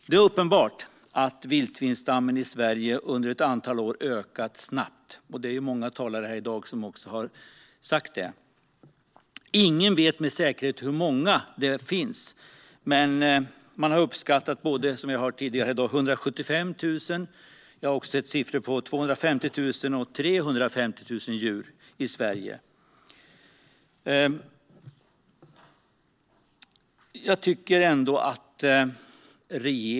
Det är uppenbart att vildsvinsstammen i Sverige under ett antal år har ökat snabbt, och det är det många talare här i dag som har sagt. Ingen vet med säkerhet hur många det finns, men man har uppskattat, som vi har hört här tidigare i dag, att det finns 175 000. Jag har också sett siffror på 250 000 och 350 000 djur i Sverige.